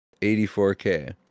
84K